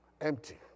empty